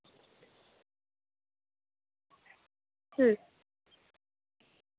ᱦᱩᱸ